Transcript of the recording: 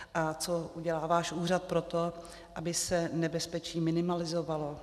A co udělá váš úřad pro to, aby se nebezpečí minimalizovalo?